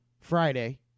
Friday